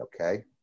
okay